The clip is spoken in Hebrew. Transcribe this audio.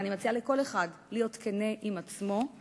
ואני מציעה לכל אחד להיות כנה עם עצמו,